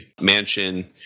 mansion